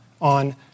on